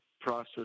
process